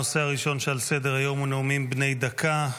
הנושא הראשון על סדר-היום הוא נאומים בני דקה.